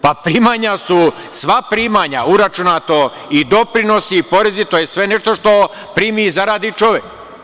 Primanja su sva primanja, uračunato i doprinosi i porezi, to je sve nešto što primi i zaradi čovek.